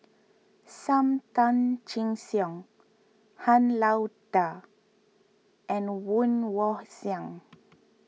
Sam Tan Chin Siong Han Lao Da and Woon Wah Siang